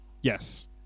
Yes